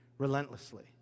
relentlessly